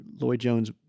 Lloyd-Jones